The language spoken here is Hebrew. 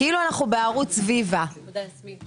כאילו אנחנו בערוץ ויוה.